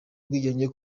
ubwigenge